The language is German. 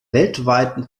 weltweiten